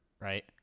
right